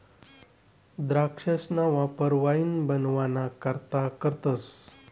द्राक्षसना वापर वाईन बनवाना करता करतस